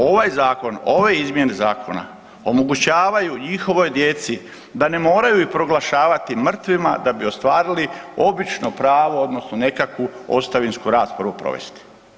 Ovaj zakon, ove izmjene zakona omogućavaju njihovoj djeci da ne moraju ih proglašavati mrtvima da bi ostvarili obično pravo odnosno nekakvu ostavinsku raspravu provesti.